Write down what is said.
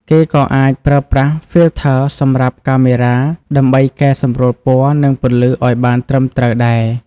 គេក៏អាចប្រើប្រាស់ Filters សម្រាប់កាមេរ៉ា ដើម្បីកែសម្រួលពណ៌ និងពន្លឺឲ្យបានត្រឹមត្រូវដែរ។